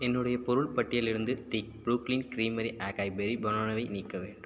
என்னுடைய பொருள் பட்டியலிலிருந்து the Brooklyn creamery acai berry பனானாவை நீக்க வேண்டும்